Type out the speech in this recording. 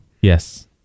Yes